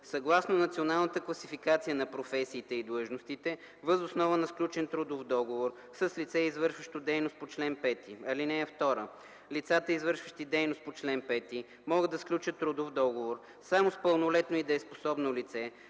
съгласно Националната класификация на професиите и длъжностите въз основа на сключен трудов договор с лице, извършващо дейност по чл. 5. (2) Лицата, извършващи дейност по чл. 5, могат да сключат трудов договор само с пълнолетно и дееспособно лице